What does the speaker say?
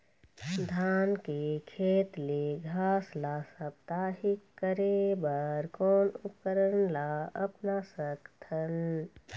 धान के खेत ले घास ला साप्ताहिक करे बर कोन उपकरण ला अपना सकथन?